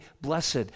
blessed